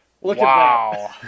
Wow